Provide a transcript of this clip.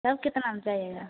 तब कितना में जाइएगा